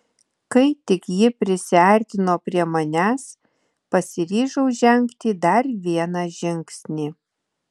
kai tik ji prisiartino prie manęs pasiryžau žengti dar vieną žingsnį